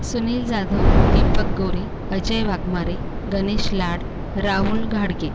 सुनील जाधव दीपक गोरे अजय वाघमारे गनेश लाड राहुल घाडगे